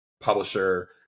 publisher